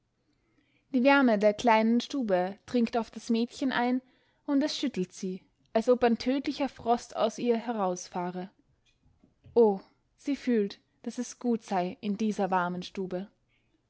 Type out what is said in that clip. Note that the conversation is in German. die wärme der kleinen stube dringt auf das mädchen ein und es schüttelt sie als ob ein tödlicher frost aus ihr herausfahre o sie fühlt daß es gut sei in dieser warmen stube